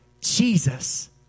Jesus